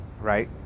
right